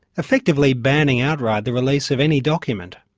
effectively banning outright the release of any document.